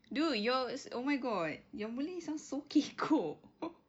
dude your s~ oh my god your malay sounds so kekok